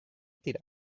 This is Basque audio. tira